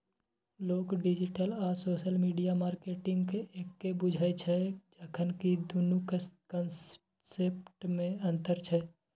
लोक डिजिटल आ social media मार्केटिंगकेँ एक्के बुझय छै जखन कि दुनुक कंसेप्टमे अंतर छै